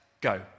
go